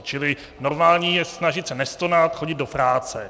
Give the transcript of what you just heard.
Čili normální je snažit se nestonat, chodit do práce.